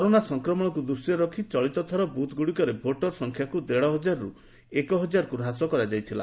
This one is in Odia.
କରୋନା ସଂକ୍ରମଣକୁ ଦୃଷ୍ଟିରେ ରଖି ଚଳିତ ଥର ବୁଥ୍ଗୁଡ଼ିକରେ ଭୋଟର୍ ସଂଖ୍ୟାକୁ ଦେଢ଼ ହଜାରରୁ ଏକ ହଜାରକୁ ହାସ କରାଯାଇଥିଲା